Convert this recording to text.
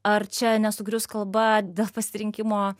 ar čia nesugrius kalba dėl pasirinkimo